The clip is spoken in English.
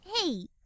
Hey